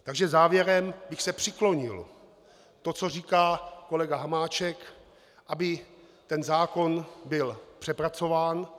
Takže závěrem bych se přiklonil k tomu, co říká kolega Hamáček, aby zákon byl přepracován.